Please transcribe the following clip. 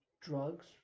Drugs